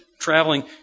traveling